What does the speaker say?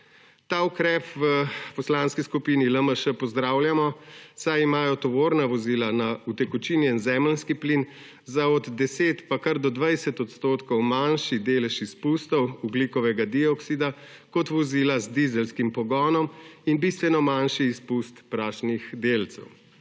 Ta ukrep v Poslanski skupini LMŠ pozdravljamo, saj imajo tovorna vozila na utekočinjen zemeljski plin za od 10 do 20 % manjši delež izpustov ogljikovega dioksida kot vozila z dizelskim pogonom in bistveno manjši izpust prašnih delcev.